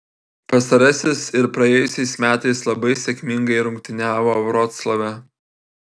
pastarasis ir praėjusiais metais labai sėkmingai rungtyniavo vroclave